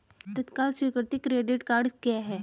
तत्काल स्वीकृति credit cards क्या हैं?